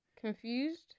Confused